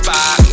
Five